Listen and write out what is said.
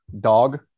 Dog